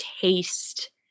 taste